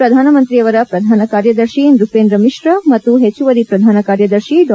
ಪ್ರಧಾನಮಂತ್ರಿಯರ ಪ್ರಧಾನ ಕಾರ್ಯದರ್ಶಿ ನೃಷೇಂದ್ರ ಮಿಶ್ರಾ ಮತ್ತು ಹೆಚ್ಚುವರಿ ಪ್ರಧಾನಕಾರ್ಯದರ್ಶಿ ಡಾ